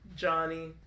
Johnny